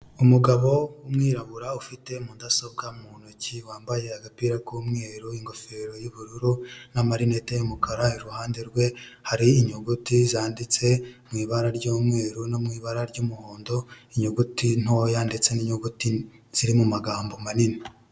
Umugabo w'umwirabura ufite mudasobwa mu ntoki wambaye agapira k'umweru, ingofero y'ubururu n'amarinete y'umukara, iruhande rwe hari inyuguti zanditse mu ibara ry'umweru no mu ibara ry'umuhondo, inyuguti ntoya ndetse n'inyuguti ziri mu magambo manini.